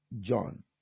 John